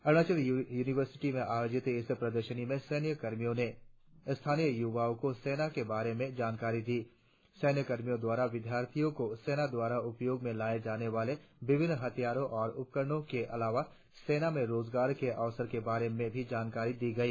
Arunachal university में आयोजित इस प्रदर्शनी में सैन्य कर्मियों ने स्थानीय युवाओं को सेना के बारे में जानकारी दी सैन्य कर्मियों द्वारा विद्यार्थियों को सेना द्वारा उपयोग में लाये जाने वाले विभिन्न हथियारों और उपकरणों के अलावा सेना में रोजगार के अवसरों के बारे में भी जानकारी दी गई